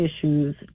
issues